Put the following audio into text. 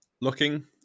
looking